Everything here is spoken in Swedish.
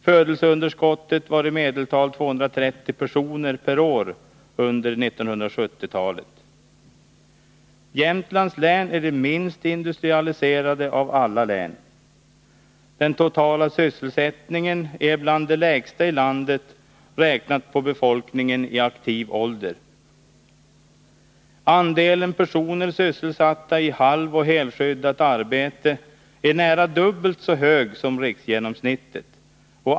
Födelseunderskottet var i medeltal 230 personer per år under 1970-talet. Jämtlands län är det minst industrialiserade av alla län. Den totala sysselsättningen är en av de lägsta i landet, räknat på befolkningen i aktiv ålder. Andelen personer sysselsatta i halvoch helskyddat arbete är nära dubbelt så hög som riksgenomsnittet.